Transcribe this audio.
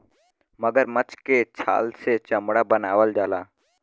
मगरमच्छ के छाल से चमड़ा बनावल जाला